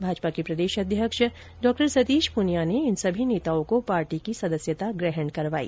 भाजपा के प्रदेश अध्यक्ष सतीश पूनिया ने इन सभी नेताओं को पार्टी की सदस्यता ग्रहण करवाई